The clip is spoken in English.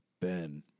Ben